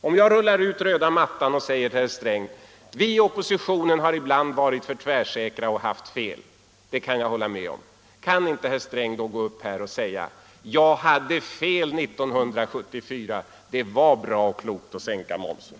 Om jag rullar ut röda mattan och säger till herr Sträng att vi i oppositionen ibland varit för tvärsäkra och haft fel — det kan jag hålla med om — kan då inte herr Sträng medge att han hade fel 1974 och att det var bra och klokt att sänka momsen?